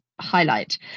highlight